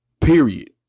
period